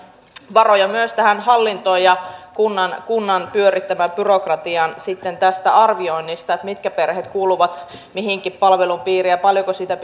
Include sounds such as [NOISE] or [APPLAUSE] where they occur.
varoja myös tähän hallintoon ja kunnan pyörittämään byrokratiaan sitten tästä arvioinnista että mitkä perheet kuuluvat minkäkin palvelun piiriin ja paljonko siitä [UNINTELLIGIBLE]